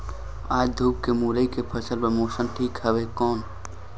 आज धूप हे मुरई के फसल बार मौसम ठीक हवय कौन?